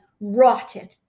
rotted